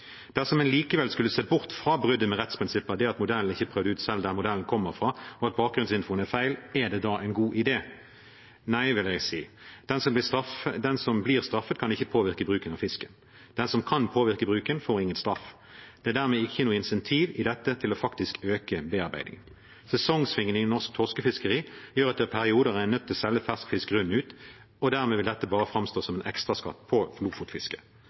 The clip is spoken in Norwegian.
en likevel skulle se bort fra bruddet med rettsprinsippene og det at modellen ikke er prøvd ut selv der den kommer fra, og at bakgrunnsinfoen er feil, er det da en god idé? Nei, vil jeg si. Den som blir straffet, kan ikke påvirke bruken av fisken. Den som kan påvirke bruken, får ingen straff. Det er dermed ikke noe insentiv i dette til faktisk å øke bearbeidingen. Sesongsvingningene i norsk torskefiskeri gjør at en i perioder er nødt til å selge fersk fisk ut, og dermed vil dette bare framstå som en ekstraskatt på lofotfisket.